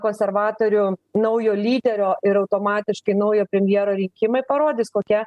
konservatorių naujo lyderio ir automatiškai naujo premjero rinkimai parodys kokia